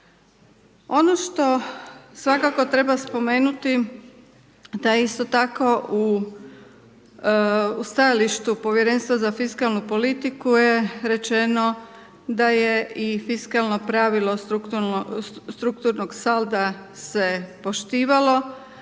Ono što svakako treba spomenuti da je isto tako u stajalištu Povjerenstva za fiskalnu politiku je rečeno da je i fiskalno pravilo strukturnog salda se poštivalo